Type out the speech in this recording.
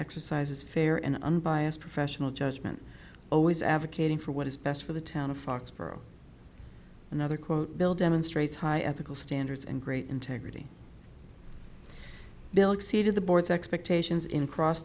exercises fair and unbiased professional judgment always advocating for what is best for the town of foxborough another quote bill demonstrates high ethical standards and great integrity bill exceeded the board's expectations in cross